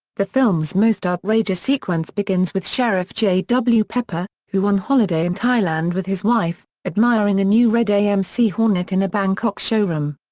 the film's most outrageous sequence begins with sheriff j w. pepper, who on holiday in thailand with his wife, admiring a new red amc hornet in a bangkok showroom.